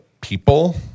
people